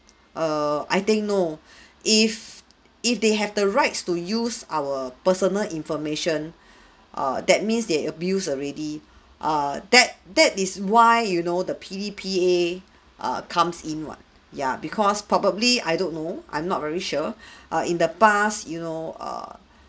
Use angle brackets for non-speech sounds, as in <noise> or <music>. err I think no <breath> if if they have the rights to use our personal information <breath> err that means they abuse already <breath> err that that is why you know the P_D_P_A err comes in [what] ya because probably I don't know I'm not very sure <breath> ah in the past you know err